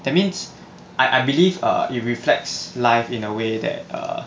that means I I believe err it reflects life in a way that err